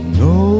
no